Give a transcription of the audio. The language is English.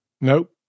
Nope